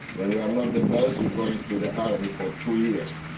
when you are not the best, you are going to the army for two years.